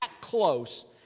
close